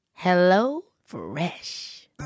HelloFresh